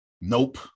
nope